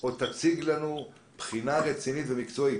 או שתציג לנו בחינה רצינית ומקצועית,